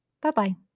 Bye-bye